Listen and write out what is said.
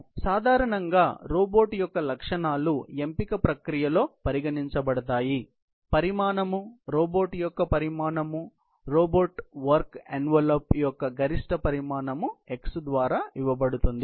కాబట్టి సాధారణంగా రోబోట్ యొక్క లక్షణాలు ఎంపిక ప్రక్రియలో పరిగణించబడతాయి తరగతి పరిమాణం రోబోట్ యొక్క పరిమాణం రోబోట్ వర్క్ ఎన్వలప్ యొక్క గరిష్ట పరిమాణం x ద్వారా ఇవ్వబడుతుంది